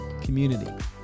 community